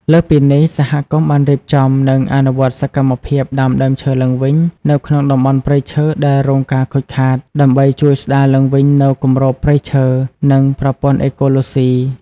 លើសពីនេះ សហគមន៍បានរៀបចំ និងអនុវត្តសកម្មភាពដាំដើមឈើឡើងវិញនៅក្នុងតំបន់ព្រៃឈើដែលរងការខូចខាត ដើម្បីជួយស្ដារឡើងវិញនូវគម្របព្រៃឈើ និងប្រព័ន្ធអេកូឡូស៊ី។